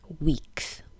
weeks